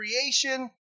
creation